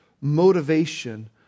motivation